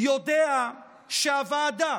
יודע שבוועדה